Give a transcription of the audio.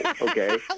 okay